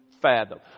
fathom